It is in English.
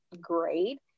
great